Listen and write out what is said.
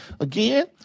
again